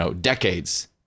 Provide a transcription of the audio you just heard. decades